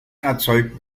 erzeugt